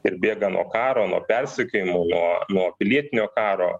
ir bėga nuo karo nuo persekiojimo nuo nuo pilietinio karo